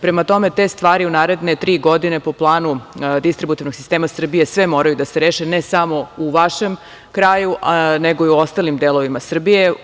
Prema tome, te stvari u naredne tri godine po planu distributivnog sistema Srbije sve moraju da se reše, ne samo u vašem kraju nego i u ostalim delovima Srbije.